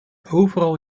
overal